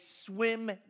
swim